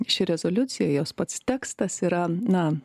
ši rezoliucija jos pats tekstas yra na